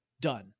done